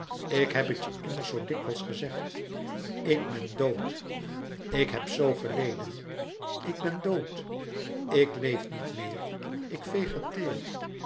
ik heb het je immers zoo dikwijls gezegd ik ben dood ik heb zoo geleden ik ben dood ik leef niet meer ik vegeteer